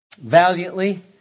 valiantly